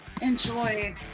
enjoy